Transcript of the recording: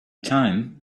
time